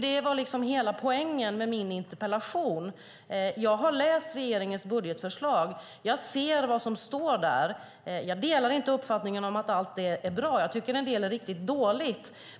Det var hela poängen med min interpellation. Jag har läst regeringens budgetförslag. Jag ser vad som står där. Jag delar inte uppfattningen om att allt är bra. Jag tycker att en del är riktigt dåligt.